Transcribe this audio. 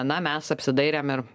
na mes apsidairėm ir